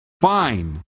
fine